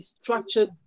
structured